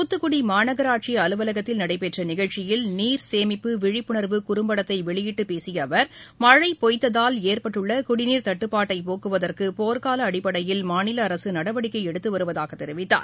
தூத்துக்குடிமாநகராட்சிஅலுவலகத்தில் நடைபெற்றநிகழ்ச்சியில் நீர் சேமிப்பு விழிப்புணர்வு குறும்படத்தைவெளியிட்டுப் பேசியஅவர் மழைபொய்த்ததால் ஏற்பட்டுள்ளகுடிநீர் தட்டுப் பாட்டைப் போக்குவதற்குபோர்க்காலஅடிப்படையில் மாநிலஅரசுநடவடிக்கைஎடுத்துவருவதாகத் தெரிவித்தார்